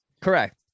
correct